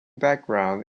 background